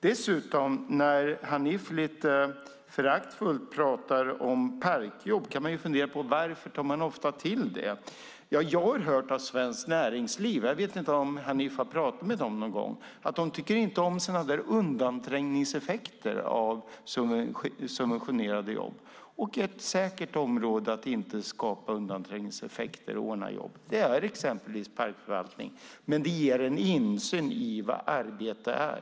Hanif talar lite föraktfullt om parkjobb. Varför tar man ofta till det? Jag har hört att Svenskt Näringsliv inte tycker om undanträngningseffekter av subventionerade jobb. Ett säkert område där man inte skapar undanträngningseffekter är exempelvis parkförvaltning - men det ger en insyn i vad arbete är.